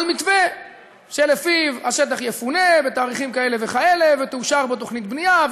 על מתווה שלפיו השטח יפונה בתאריכים כאלה וכאלה ותאושר בו תוכנית בנייה,